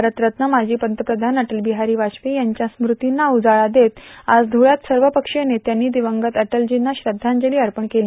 भारतरत्न माजी पंतप्रधान अटलबिहारी वाजपेयी यांच्या स्मृतींना उजाळा देत आज धुळ्यात सर्वपक्षीय नेत्यांनी दिवंगत अटलजींना श्रद्धांजली अर्पण केली